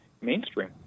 mainstream